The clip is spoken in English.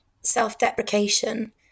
self-deprecation